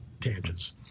tangents